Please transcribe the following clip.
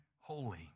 holy